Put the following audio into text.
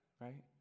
right